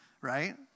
right